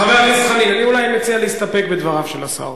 חבר הכנסת חנין, אני מציע להסתפק בדבריו של השר.